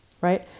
right